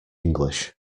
english